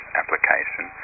application